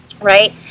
right